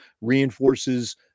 reinforces